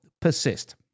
persist